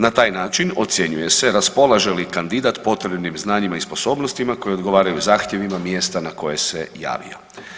Na taj način ocjenjuje se raspolaže li kandidat potrebnim znanjima i sposobnostima koje odgovaraju zahtjevima mjesta na koje se javio.